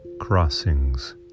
crossings